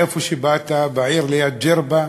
מאיפה שבאת, העיר ליד ג'רבה.